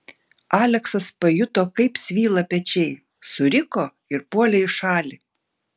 aleksas pajuto kaip svyla pečiai suriko ir puolė į šalį